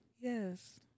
Yes